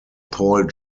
paul